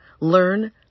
learn